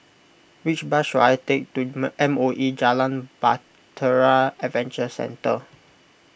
which bus should I take to M O E Jalan Bahtera Adventure Centre